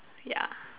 yeah